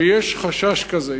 ויש חשש כזה.